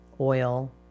oil